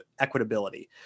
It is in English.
equitability